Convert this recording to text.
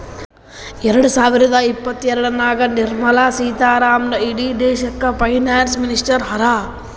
ಎರಡ ಸಾವಿರದ ಇಪ್ಪತ್ತಎರಡನಾಗ್ ನಿರ್ಮಲಾ ಸೀತಾರಾಮನ್ ಇಡೀ ದೇಶಕ್ಕ ಫೈನಾನ್ಸ್ ಮಿನಿಸ್ಟರ್ ಹರಾ